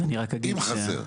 אם חסר.